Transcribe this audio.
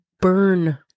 burn